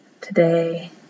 today